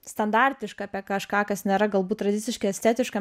standartiška apie kažką kas nėra galbūt tradiciškai estetiška